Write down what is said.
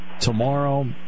tomorrow